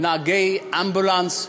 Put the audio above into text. נהגי אמבולנס,